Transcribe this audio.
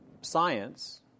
science